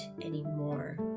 anymore